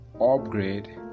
upgrade